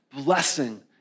Blessing